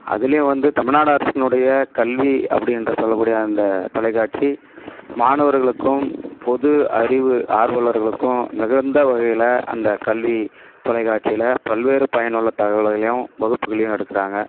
அதிலையும் வந்து தமிழ்நாடு அரசுனுடைய கல்வி அப்படின்ற சொல்லக்கூடிய அந்த தொலைக்காட்சி மாணவர்களுக்கும் பொது அறிவு ஆர்வலர்களுக்கும் மிகுந்த வகையில் அந்த கல்வி தொலைக்காட்சியில் பல்வேறு பயனுள்ள தகவல்களையும் வகுப்புகளையும் எடுக்கிறாங்க